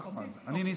אחמד, אני ניסים.